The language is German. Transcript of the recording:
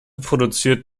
produziert